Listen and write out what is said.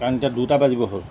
কাৰণ এতিয়া দুটা বাজিব হ'ল